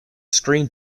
screen